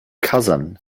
cousin